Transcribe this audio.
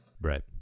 Right